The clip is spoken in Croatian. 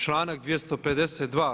Članak 252.